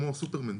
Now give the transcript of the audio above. כמו סופרמן,